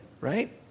right